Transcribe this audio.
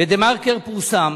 ב"דה-מרקר" פורסם